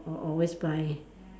oh always buy